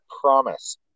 promise